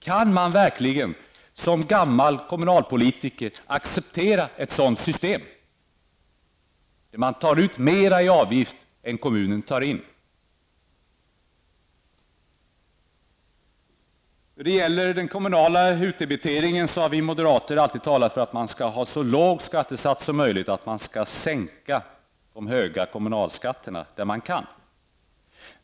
Kan man verkligen som gammal kommunalpolitiker acceptera ett sådant system, där man tar ut mer i avgift än kommunen får in? Vi moderater har alltid talat för att man skall ha en så låg kommunal skattesats som möjligt, att man skall sänka de höga kommunalskatterna när man kan göra det.